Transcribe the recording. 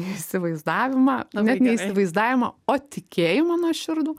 įsivaizdavimą net ne įsivaizdavimą o tikėjimą nuoširdų